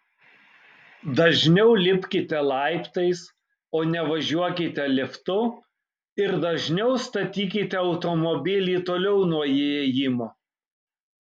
dažniau lipkite laiptais o ne važiuokite liftu ir dažniau statykite automobilį toliau nuo įėjimo